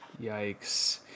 Yikes